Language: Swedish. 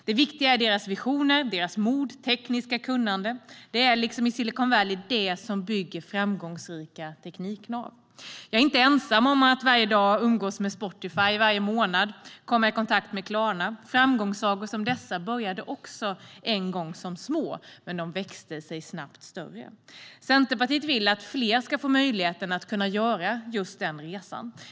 Det viktiga är deras visioner, mod och tekniska kunnande. Det är, liksom i Silicon Valley, det som bygger framgångsrika tekniknav. Jag är inte ensam om att varje dag umgås med Spotify eller varje månad komma i kontakt med Klarna. Framgångssagor som dessa började också en gång som små, men de växte sig snabbt större. Centerpartiet vill att fler ska få möjligheten att göra just den resan.